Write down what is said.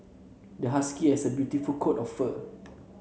the husky has a beautiful coat of fur